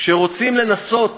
כשרוצים לנסות